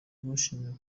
yamushimiye